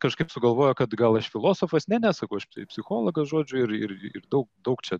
kažkaip sugalvojo kad gal aš filosofas ne ne sakau aš psichologas žodžiu ir ir daug daug čia